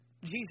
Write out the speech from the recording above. Jesus